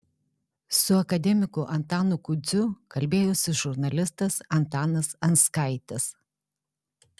su akademiku antanu kudziu kalbėjosi žurnalistas antanas anskaitis